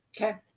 Okay